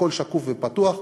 הכול שקוף ופתוח.